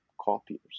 copiers